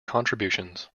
contributions